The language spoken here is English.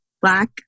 Black